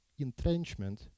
entrenchment